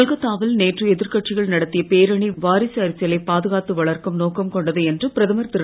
கொல்கொத்தா வில் நேற்று எதிர்கட்சிகள் நடத்திய பேரணி வாரிசு அரசியலை பாதுகாத்து வளர்க்கும் நோக்கம் கொண்டது என்று பிரதமர் திரு